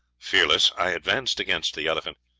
fearless i advanced against the elephant,